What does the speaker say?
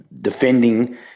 defending